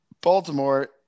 Baltimore